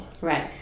Right